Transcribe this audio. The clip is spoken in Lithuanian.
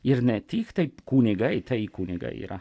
ir ne tik taip kunigai tai kunigai yra